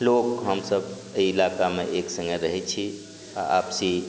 लोक हमसब एहि इलाकामे एक सङ्गे रहै छी आपसी